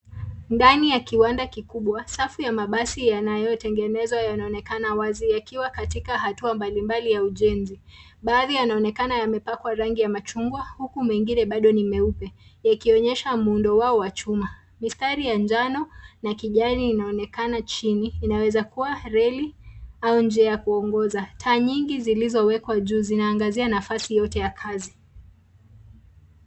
Ndani ya kiwanda kikubwa. Safu ya mabasi yanayo tengenezwa yanaonekana wazi yakiwa katika hatua mbalimbali ya ujenzi. Baadhi yanaonekana yamepakwa rangi ya machungwa huku mengine bado ni meupe yakionyesha muundo wao wa chuma. Mistari ya njano na kijani inaonekana chini. Inaweza kuwa reli au njia ya kuongoza. Taa nyingi zilizo wekwa juu zinaangazia nafasi yote ya kazi.